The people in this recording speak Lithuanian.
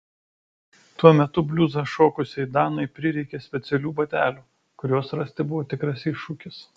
tuo metu bliuzą šokusiai danai prireikė specialių batelių kuriuos rasti buvo tikras iššūkis